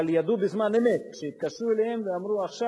אבל ידעו בזמן אמת כשהתקשרו אליהם ואמרו: עכשיו